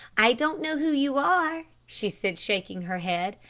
i don't know who you are, she said, shaking her head,